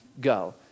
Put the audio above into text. go